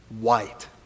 white